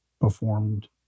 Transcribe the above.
performed